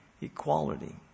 equality